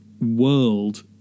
world